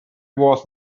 was